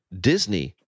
Disney